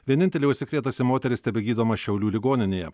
vienintelė užsikrėtusi moteris tebegydoma šiaulių ligoninėje